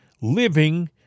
living